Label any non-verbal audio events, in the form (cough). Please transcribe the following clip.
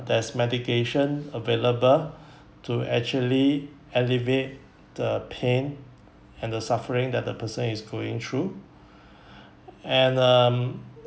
there's medication available (breath) to actually alleviate the pain and the suffering that the person is going through (breath) and um